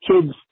kids